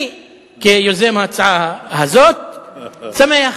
אני כיוזם ההצעה הזאת שמח,